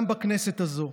גם בכנסת הזו.